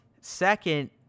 Second